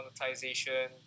monetization